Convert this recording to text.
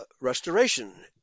restoration